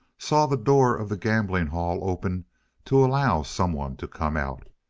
saw the door of the gambling hall open to allow someone to come out,